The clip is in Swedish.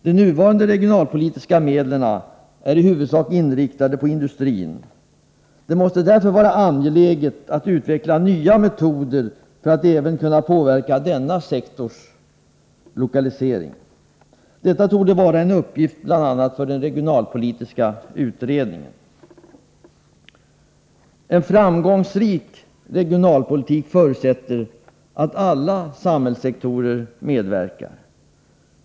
De nuvarande regionalpolitiska medlen är i huvudsak inriktade på industrin. Det måste därför vara angeläget att utveckla nya metoder för att kunna påverka även denna sektors lokalisering. Detta torde vara en uppgift för bl.a. den regionalpolitiska utredningen. En framgångsrik regionalpolitik förutsätter att alla samhällssektorer medverkar.